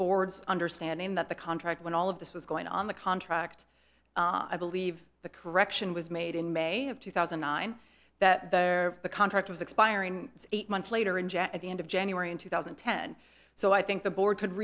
board's understanding that the contract when all of this was going on the contract i believe the correction was made in may of two thousand and nine that their contract was expiring eight months later in jack at the end of january in two thousand and ten so i think the board could